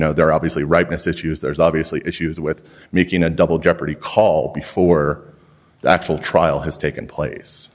know there obviously ripeness issues there's obviously issues with making a double jeopardy call before the actual trial has taken place